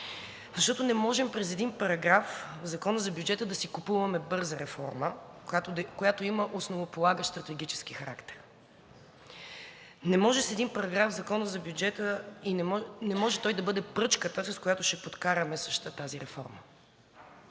защото не можем през един параграф в Закона за бюджета да си купуваме бърза реформа, която има основополагащ стратегически характер. Не може един параграф в Закона за бюджета и не може той да бъде пръчката, с която ще подкараме същата тази реформа.